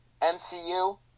MCU